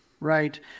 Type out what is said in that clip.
Right